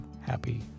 happy